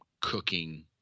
cooking